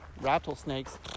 Rattlesnakes